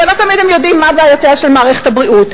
אבל לא תמיד הם יודעים מה בעיותיה של מערכת הבריאות.